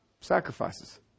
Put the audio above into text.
Sacrifices